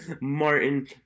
Martin